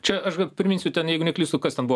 čia aš priminsiu ten jeigu neklystu kas ten buvo